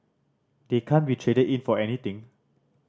they can't be traded in for anything